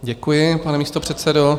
Děkuji, pane místopředsedo.